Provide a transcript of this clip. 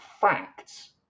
facts